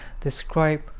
describe